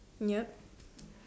yup